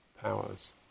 powers